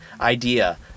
idea